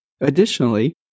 Additionally